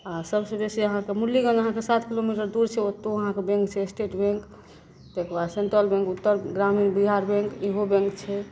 आओर सबसँ बेसी आहाँके मुरली गञ्ज आहाँके सात किलो मीटर दूर छै ओतहु आहाँके बैंक छै स्टेट बैंक ताहिके बाद central bank Uttar Gramin Bihar bank ईहो बैंक छै